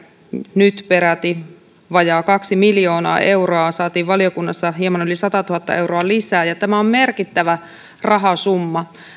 nyt peräti vajaat kaksi miljoonaa euroa saatiin valiokunnassa hieman yli satatuhatta euroa lisää tämä on merkittävä rahasumma